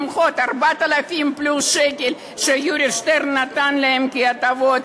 למחוק 4,000 פלוס שקל שיורי שטרן נתן להם כהטבות?